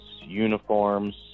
uniforms